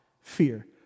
fear